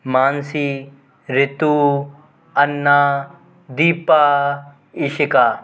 Mansi Ritu Anna Deepa Ishika